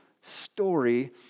story